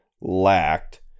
lacked